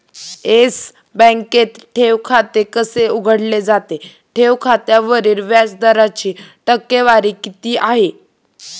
Yes बँकेत ठेव खाते कसे उघडले जाते? ठेव खात्यावरील व्याज दराची टक्केवारी किती आहे?